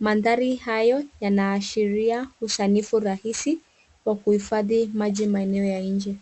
mandhari hayo yanaashiria usanifu rahisi, kwa kuhifadhi maji maeneo ya inje.